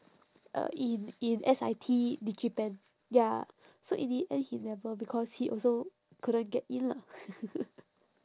uh in in S_I_T digipen ya so in the end he never because he also couldn't get in lah